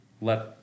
let